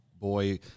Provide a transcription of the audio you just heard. boy